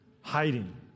hiding